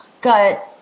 got